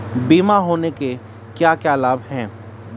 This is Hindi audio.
बीमा होने के क्या क्या लाभ हैं?